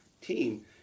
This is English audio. team